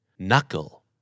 Knuckle